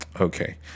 okay